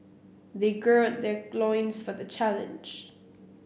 they gird their loins for the challenge